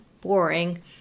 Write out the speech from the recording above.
boring